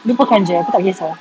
lupakan jer aku tak kisah